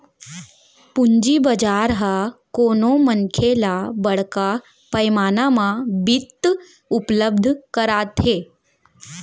पूंजी बजार ह कोनो मनखे ल बड़का पैमाना म बित्त उपलब्ध कराथे